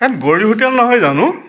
এহ্ গৌৰী হোটেল নহয় জানো